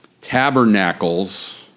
tabernacles